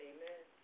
Amen